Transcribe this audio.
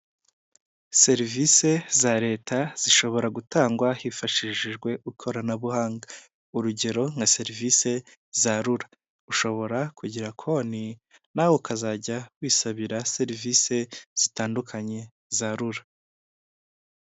Serivise za leta zishobora gutangwa hifashishijwe ikoranabuhanga. Urugero nka serivise za rura. Ushobora kugira konti, nawe ukazajya wisabira serivise zitandukanye za rura.